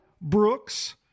brooks